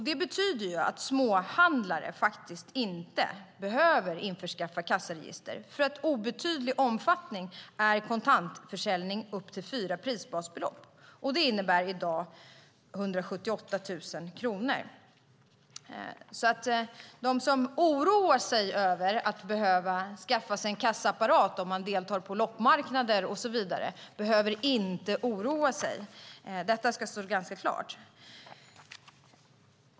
Det betyder att småhandlare faktiskt inte behöver införskaffa ett kassaregister, för "obetydlig omfattning" är kontantförsäljning upp till fyra prisbasbelopp, och det innebär i dag 178 000 kronor. De som oroar sig över att behöva skaffa sig en kassaapparat om man deltar på loppmarknader och så vidare behöver inte oroa sig. Detta ska stå ganska klart.